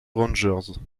rangers